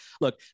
look